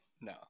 No